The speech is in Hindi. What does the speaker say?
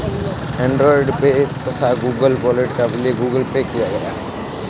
एंड्रॉयड पे तथा गूगल वॉलेट का विलय गूगल पे में किया गया